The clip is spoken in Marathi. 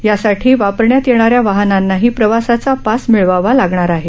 यासाठी वापरण्यात येणाऱ्या वाहनांनाही प्रवासाचा पास मिळवावा लागणार आहे